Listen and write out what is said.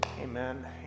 Amen